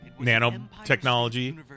nanotechnology